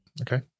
Okay